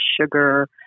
sugar